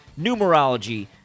numerology